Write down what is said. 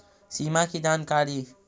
सिमा कि जानकारी?